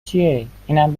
چیه؟ اینم